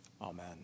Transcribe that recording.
Amen